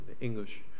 English